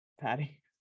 Patty